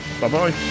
Bye-bye